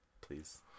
Please